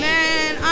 Man